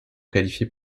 qualifiées